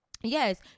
yes